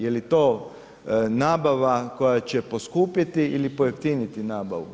Je li to nabava koja će poskupiti ili pojeftiniti nabavu?